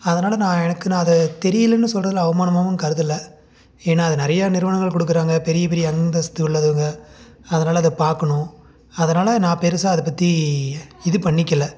அதனால் நான் எனக்கு நான் அதை தெரியலன்னு சொல்கிறதுல அவமானமாவும் கருதல ஏன்னா அது நிறையா நிறுவனங்கள் கொடுக்குறாங்க பெரிய பெரிய அந்தஸ்த்து உள்ளவங்க அதனால் அதை பார்க்கணும் அதனால நான் பெருசாக அதை பற்றி இது பண்ணிக்கல